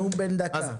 נאום בן דקה.